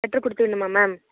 letter கொடுத்து விடணுமா ma'am